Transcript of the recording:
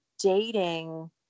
dating